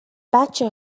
بچه